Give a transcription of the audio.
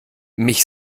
mich